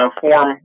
form